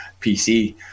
PC